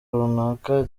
runaka